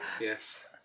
Yes